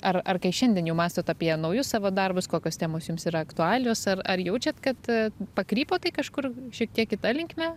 ar ar kai šiandien jau mąstot apie naujus savo darbus kokios temos jums yra aktualios ar ar jaučiat kad pakrypo tai kažkur šiek tiek kita linkme